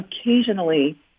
occasionally